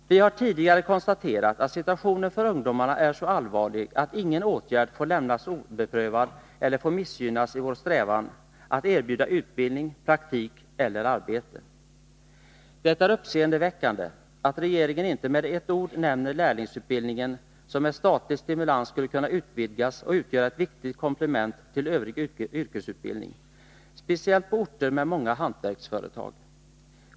Vi har tidigare konstaterat att situationen för ungdomarna är så allvarlig att ingen åtgärd får lämnas oprövad eller får missgynnas i vår strävan att erbjuda utbildning, praktik eller arbete. Det är uppseendeväckande att regeringen inte med ett ord nämner lärlingsutbildningen, som med statlig stimulans skulle kunna utvidgas och utgöra ett viktigt komplement till övrig yrkesutbildning, speciellt på orter med många hantverksföretag.